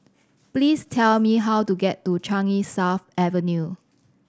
please tell me how to get to Changi South Avenue